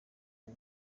rwo